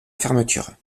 fermeture